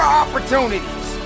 opportunities